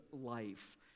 life